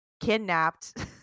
kidnapped